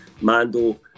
Mando